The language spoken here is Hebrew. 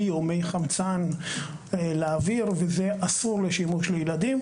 או מי חמצן לאוויר וזה אסור לשימוש לילדים,